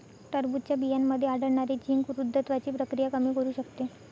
टरबूजच्या बियांमध्ये आढळणारे झिंक वृद्धत्वाची प्रक्रिया कमी करू शकते